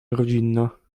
rodzinna